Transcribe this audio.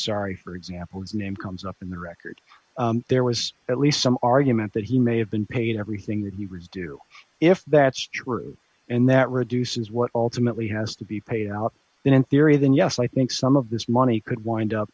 sorry for example name comes up in the record there was at least some argument that he may have been paid everything that he would do if that's true and that reduces what ultimately has to be paid out in theory then yes i think some of this money could wind up